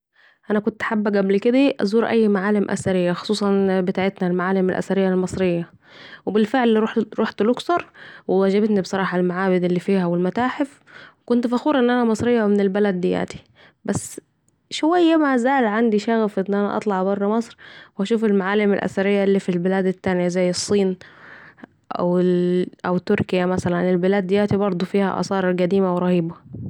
كنت حابه قبل كده ازور اي معالم اثريه خصوصا بتعتنا المعالم الاثريه المصرية و بالفعل رحت الاقصر وعجبتني بصراحه المعابد اللي فيها والمتاحف وكنت فخوره ان انا مصريه ومن البلد دياتي ، بس شوية مازلل عندي شغف اطلع بره مصر و اشوف المعالم الاثريه الي فيها...زي الصين و تركيا البلاد دي بردوا فيها معالم اثريه قديمه و رهيبه